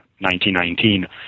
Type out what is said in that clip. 1919